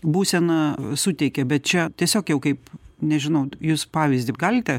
būseną suteikė bet čia tiesiog jau kaip nežinau jūs pavyzdį galite